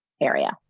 area